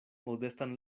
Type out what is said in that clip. modestan